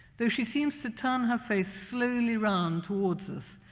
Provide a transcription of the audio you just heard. though she seems to turn her face slowly around towards us,